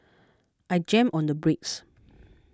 I jammed on the brakes